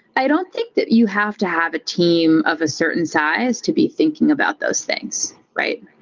i don't think that you have to have a team of a certain size to be thinking about those things, right?